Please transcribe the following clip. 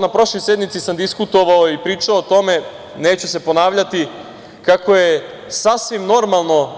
Na prošloj sednici sam diskutovao i pričao o tome, neću se ponavljati, kako je sasvim normalno